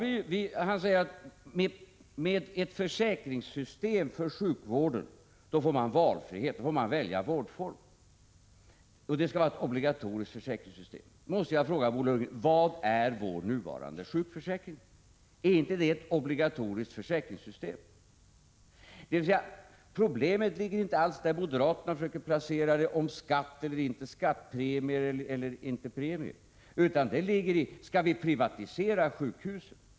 Bo Lundgren säger att med ett försäkringssystem för sjukvården blir det valfrihet — då får man välja vårdform. Det skall vara ett obligatoriskt försäkringssystem. Jag måste fråga Bo Lundgren: Vad är vår nuvarande sjukförsäkring? Är inte den ett obligatoriskt försäkringssystem? Problemet ligger således inte alls där moderaterna försöker placera det — skatt eller inte skatt, premier eller inte premier — utan problemet gäller följande: Skall vi privatisera sjukhusen?